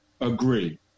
agree